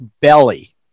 belly